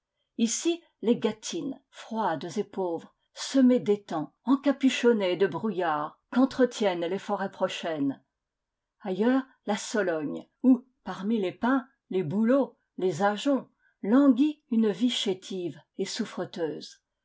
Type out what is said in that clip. ici les gâtines froides et pauvres semées d'étangs encapuchonnées de brouillards qu'entretiennent les forêts prochaines ailleurs la sologne où parmi les pins les bouleaux les ajoncs languit une vie chétive et souffreteuse